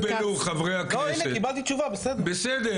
הנה קיבלתי תשובה בסדר.